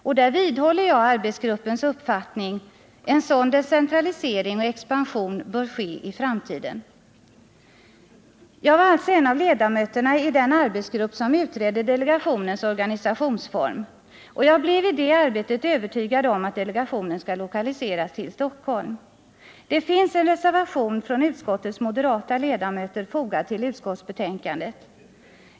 Och där vidhåller jag arbetsgruppens uppfattning: en sådan decentralisering och expansion bör ske i framtiden. Jag var alltså en av ledamöterna i den arbetsgrupp som utredde delegationens organisationsform, och jag blev i det arbetet övertygad om att delegationen skall lokaliseras till Stockholm. Det finns en reservation från utskottets moderata ledamöter fogad till utskottsbetänkandet.